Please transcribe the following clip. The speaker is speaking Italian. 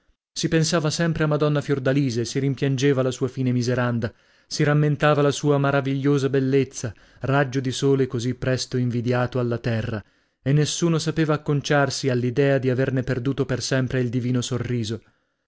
si pensava sempre a madonna fiordalisa e si rimpiangeva la sua fine miseranda si rammentava la sua maravigliosa bellezza raggio di sole così presto invidiato alla terra e nessuno sapeva acconciarsi all'idea di averne perduto per sempre il divino sorriso